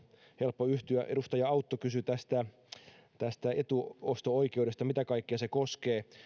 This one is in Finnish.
helppo yhtyä edustaja autto kysyi etuosto oikeudesta että mitä kaikkea se koskee